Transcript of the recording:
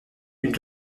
une